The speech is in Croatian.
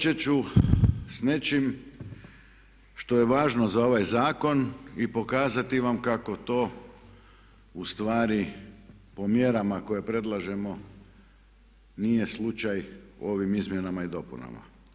Početi ću s nečim što je važno za ovaj zakon i pokazati vam kako to ustvari po mjerama koje predlažemo nije slučaj u ovim izmjenama i dopunama.